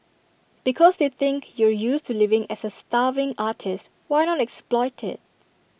because they think you're used to living as A starving artist why not exploit IT